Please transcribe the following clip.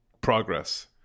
progress